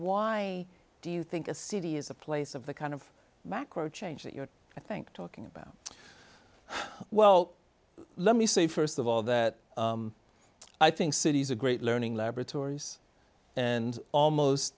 why do you think a city is a place of the kind of macro change that you're i think talking about well let me say st of all that i think cities are great learning laboratories and almost